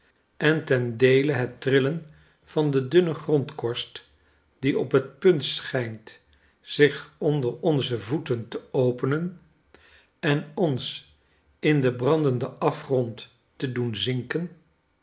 en ten deele het trillen van de dunne grondkorst die op het punt schijnt zich onder onze voeten te openen en ons in den brandenden afgrond te doen zinken